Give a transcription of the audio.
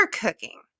cooking